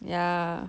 ya